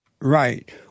Right